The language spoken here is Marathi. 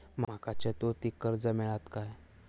माका चतुर्थीक कर्ज मेळात काय?